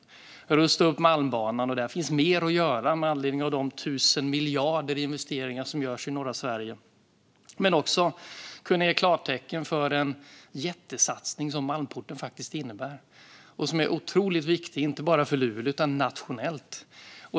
Vi valde att rusta upp Malmbanan, och där finns mer att göra med anledning av de tusen miljarder i investeringar som görs i norra Sverige. Det handlar också om att kunna ge klartecken för den jättesatsning som Malmporten faktiskt innebär. Den är otroligt viktig inte bara för Luleå utan även nationellt.